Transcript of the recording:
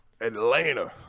Atlanta